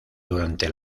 durante